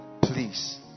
please